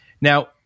Now